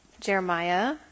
Jeremiah